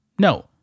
No